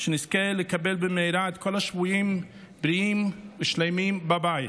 שנזכה לקבל במהרה את כל השבויים בריאים ושלמים בבית.